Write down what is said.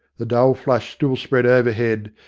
the dull flush still spread overhead,